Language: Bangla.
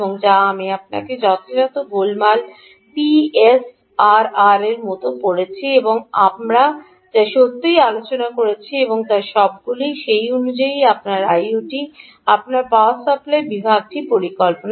যা আমি আপনাকে যথাযথ গোলমাল পিএসআরআরের মতো পড়েছি এবং আমরা যা সত্যই আলোচনা করেছি তার সবগুলিই সেই অনুযায়ী আপনার আইওটির আপনার পাওয়ার সাপ্লাই বিভাগটি পরিকল্পনা করে